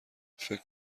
فکر